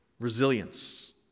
Resilience